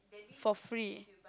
for free